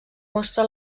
mostra